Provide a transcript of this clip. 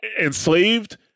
Enslaved